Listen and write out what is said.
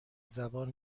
زبان